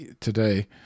today